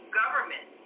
government